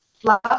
Fluff